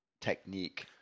technique